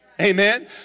amen